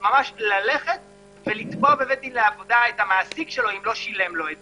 ממש ללכת ולתבוע בבית-דין לעבודה את המעסיק שלו אם לא שילם לו את זה,